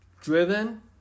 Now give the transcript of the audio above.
driven